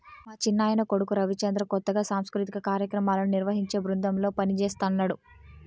మా చిన్నాయన కొడుకు రవిచంద్ర కొత్తగా సాంస్కృతిక కార్యాక్రమాలను నిర్వహించే బృందంలో పనిజేస్తన్నడు